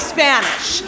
Spanish